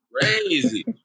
crazy